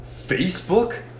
Facebook